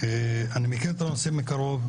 אני מכיר את הנושא מקרוב,